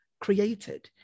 created